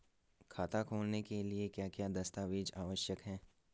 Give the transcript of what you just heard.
खाता खोलने के लिए क्या क्या दस्तावेज़ आवश्यक हैं?